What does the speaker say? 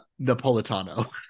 Napolitano